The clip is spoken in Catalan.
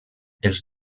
els